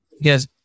Yes